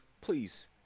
please